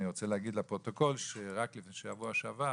אני רוצה להגיד לפרוטוקול שרק בשבוע שעבר